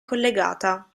collegata